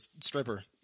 stripper